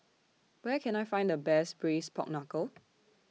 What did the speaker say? Where Can I Find The Best Braised Pork Knuckle